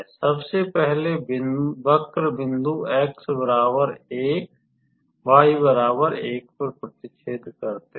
सबसे पहले वक्र बिंदु x 1 y1 पर प्रतिच्छेद करते हैं